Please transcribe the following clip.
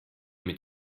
mit